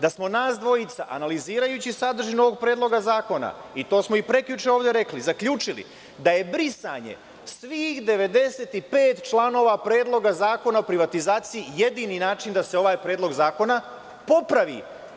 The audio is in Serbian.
Nas dvojica smo analizirajući sadržinu ovog predloga zakona, a to smo i prekjuče ovde rekli, zaključili da je brisanje svih 95 članova Predloga zakona o privatizaciji jedini način da se ovaj predlog zakona popravi.